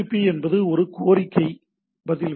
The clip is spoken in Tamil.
என்பது ஒரு கோரிக்கை பதில் விஷயம்